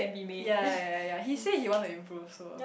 yea yea yea yea yea he say he want to improve so